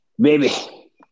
baby